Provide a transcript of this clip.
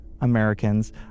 Americans